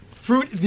Fruit